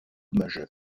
majeur